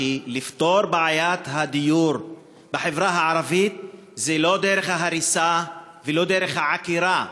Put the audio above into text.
את בעיית הדיור בחברה הערבית לא דרך ההריסה ולא דרך העקירה,